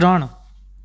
ત્રણ